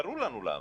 ברור לנו למה.